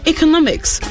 Economics